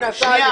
היא נסעה,